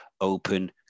open